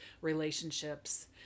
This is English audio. relationships